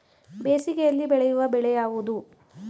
ಬೇಸಿಗೆಯಲ್ಲಿ ಬೆಳೆಯುವ ಬೆಳೆ ಯಾವುದು?